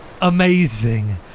Amazing